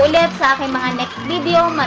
my next videos.